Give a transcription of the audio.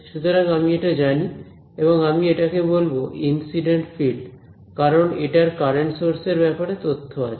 সুতরাং আমি এটা জানি এবং আমি এটা কে বলব ইনসিডেন্ট ফিল্ড কারণ এটার কারেন্ট সোর্স এর ব্যাপারে তথ্য আছে